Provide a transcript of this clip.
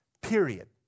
Period